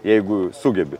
jeigu sugebi